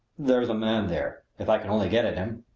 there's a man there if i can only get at him.